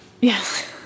Yes